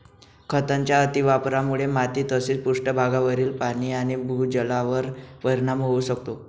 खतांच्या अतिवापरामुळे माती तसेच पृष्ठभागावरील पाणी आणि भूजलावर परिणाम होऊ शकतो